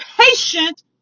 patient